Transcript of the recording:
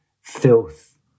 filth